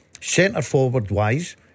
centre-forward-wise